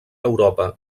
europa